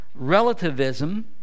relativism